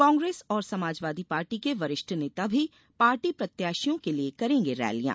कांग्रेस और समाजवादी पार्टी के वरिष्ठ नेता भी पार्टी प्रत्याशियों के लिये करेंगे रैलियां